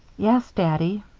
yes, daddy.